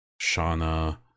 shauna